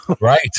right